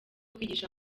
kwigisha